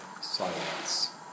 silence